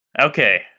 okay